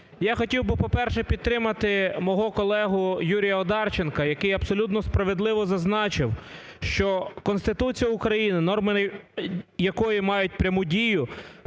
Я хотів би, по-перше, підтримати мого колегу Юрія Одарченка, який абсолютно справедливо зазначив, що Конституція України, норми якої мають пряму дію,